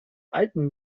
alten